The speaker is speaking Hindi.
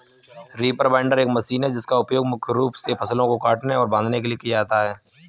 रीपर बाइंडर एक मशीन है जिसका उपयोग मुख्य रूप से फसलों को काटने और बांधने के लिए किया जाता है